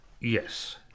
Yes